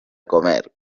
comer